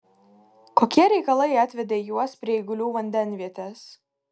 kokie reikalai atvedė juos prie eigulių vandenvietės